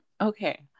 okay